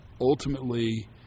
ultimately